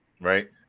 right